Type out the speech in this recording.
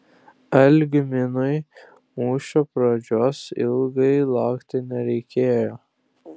algminui mūšio pradžios ilgai laukti nereikėjo